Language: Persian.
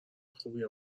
خوبیه